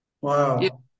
Wow